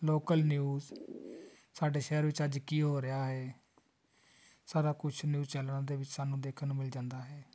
local news ਸਾਡੇ ਸ਼ਹਿਰ ਵਿੱਚ ਅੱਜ ਕੀ ਹੋ ਰਿਹਾ ਹੈ ਸਾਰਾ ਕੁਛ ਨਿਊਜ਼ ਚੈਨਲ ਦੇ ਵਿੱਚ ਸਾਨੂੰ ਦੇਖਣ ਨੂੰ ਮਿਲ ਜਾਂਦਾ ਹੈ